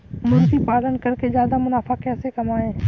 मुर्गी पालन करके ज्यादा मुनाफा कैसे कमाएँ?